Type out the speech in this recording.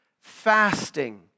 fasting